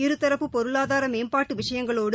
இருதரப்பு பொருளாதாரமேம்பாட்டுவிஷயங்களோடு